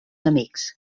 amics